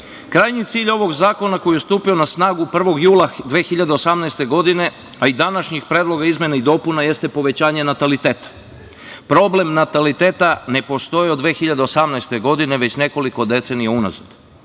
decom. Krajnji cilj ovog zakona koji je stupio na snagu 1. jula 2018. godine, a i današnjih predloga izmena i dopuna jeste povećanje nataliteta. Problem nataliteta ne postoji od 2018. godine već nekoliko decenija unazad. Novo